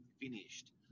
finished